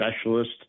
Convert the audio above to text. specialist